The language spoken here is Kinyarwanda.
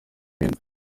ibindi